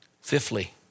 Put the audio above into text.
Fifthly